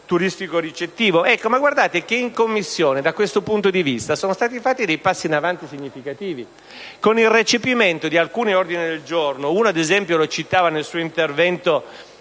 in Commissione da questo punto di vista sono stati fatti dei passi avanti significativi con il recepimento di alcuni ordini del giorno. Uno, ad esempio, citato nel suo intervento